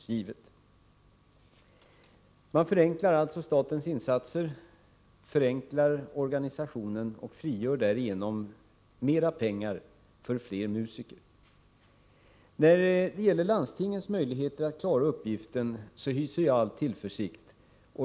Statens insatser gäll k AVR ba AS ps SÅ Omorganisation av liksom organisationen förenklas, och därigenom frigörs mera pengar för fler s > S regionmusiken och musiker. pe Rikskonserter När det gäller landstingens möjligheter att klara uppgiften hyser jag tillförsikt.